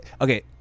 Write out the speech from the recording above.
okay